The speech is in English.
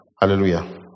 Hallelujah